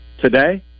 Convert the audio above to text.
today